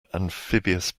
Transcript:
amphibious